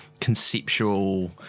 conceptual –